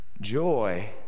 Joy